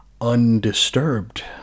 Undisturbed